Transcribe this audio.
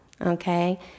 okay